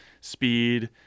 speed